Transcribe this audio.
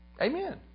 Amen